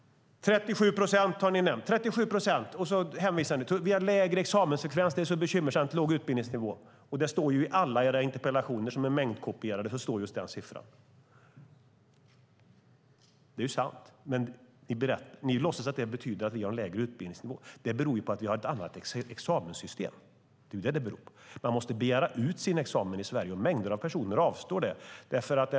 Ni har nämnt 37 procent. Ni säger att vi har lägre examensfrekvens och att det är så bekymmersamt med låg utbildningsnivå. I alla era interpellationer som är mängdkopierade står just den siffran. Det är sant. Men ni låtsas att det betyder att vi har en lägre utbildningsnivå. Det beror på att vi har ett annat examenssystem. Man måste begära ut sin examen i Sverige. Mängder av personer avstår det.